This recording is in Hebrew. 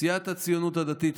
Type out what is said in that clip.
סיעת הציונות הדתית,